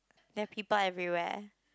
they've people everywhere